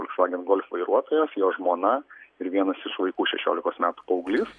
volkswagen golf vairuotojas jo žmona ir vienas iš vaikų šešiolikos metų paauglys